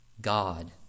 God